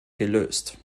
gelöst